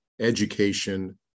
education